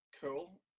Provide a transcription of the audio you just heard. Cool